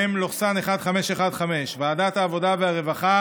מ/1515, ועדת העבודה והרווחה